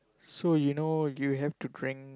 so you know you have to drank